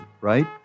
Right